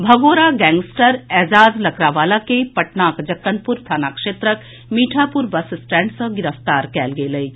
भगोड़ा गैंगस्टर एजाज लकड़ावाला के पटनाक जक्कनपुर थाना क्षेत्रक मीठापुर बस स्टैंड सँ गिरफ्तार कयल गेल अछि